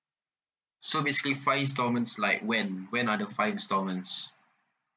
so basically five instalments like when when are the five instalments